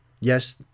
Yes